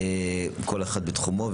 כל אחד בתחומו.